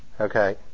okay